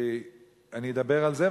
ואני אדבר על זה,